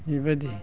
बिबादि